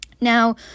Now